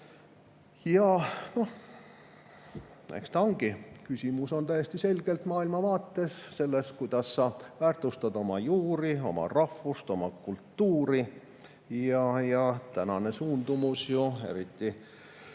Ja eks küsimus on täiesti selgelt maailmavaates, selles, kuidas sa väärtustad oma juuri, oma rahvust, oma kultuuri. Tänane suundumus eriti